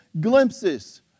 glimpses